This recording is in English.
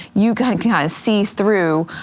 you kind of can kinda see through